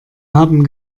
haben